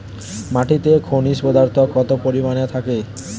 মাটিতে খনিজ পদার্থ কত পরিমাণে থাকে?